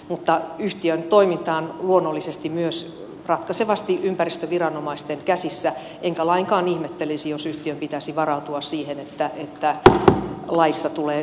mutta yhtiön toiminta on luonnollisesti ratkaisevasti myös ympäristöviranomaisten käsissä enkä lainkaan ihmettelisi jos yhtiön pitäisi varautua siihen että laissa tulee